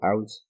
Out